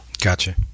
Gotcha